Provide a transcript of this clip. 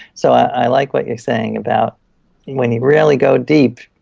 so i like what you're saying about when you really go deep,